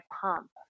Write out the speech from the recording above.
pump